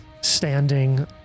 standing